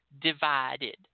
divided